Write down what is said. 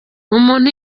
umuntu